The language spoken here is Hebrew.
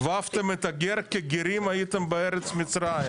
"ואהבתם את הגר, כי גרים הייתם בארץ מצרים",